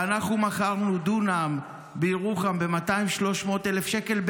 ואנחנו מכרנו דונם בירוחם ב-200,000 300,000 שקל,